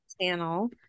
channel